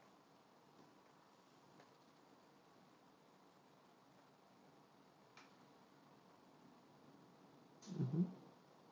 mmhmm